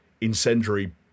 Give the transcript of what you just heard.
incendiary